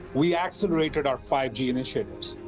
we accelerated our five g initiatives.